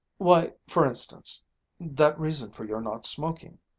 why, for instance that reason for your not smoking.